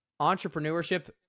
entrepreneurship